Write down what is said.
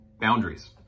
Boundaries